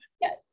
Yes